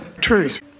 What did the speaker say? truth